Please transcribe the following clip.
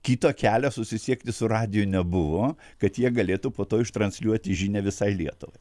kito kelio susisiekti su radiju nebuvo kad jie galėtų po to ištransliuoti žinią visai lietuvai